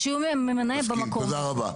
תודה רבה.